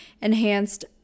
enhanced